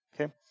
Okay